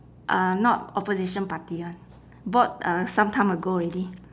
uh not opposition party one bought uh some time ago already